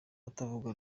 abatavuga